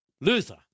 Luther